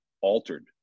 altered